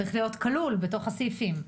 זה צריך להיות כלול בתוך הסעיפים.